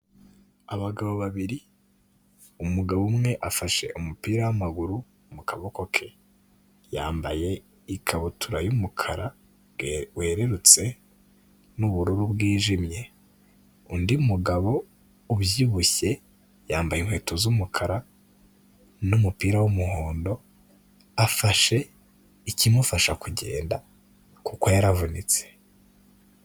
Abagabo babiri; umugabo umwe afashe umupira w'amaguru mu kaboko ke, yambaye ikabutura y'umukara werurutse n'ubururu bwijimye, undi mugabo ubyibushye yambaye inkweto z'umukara n'umupira w'umuhondo, afashe ikimufasha kugenda kuko yaravunitse.